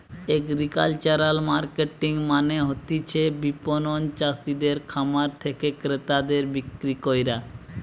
agricultural marketing মানে হতিছে বিপণন চাষিদের খামার থেকে ক্রেতাদের বিক্রি কইরা